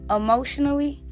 emotionally